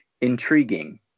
intriguing